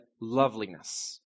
loveliness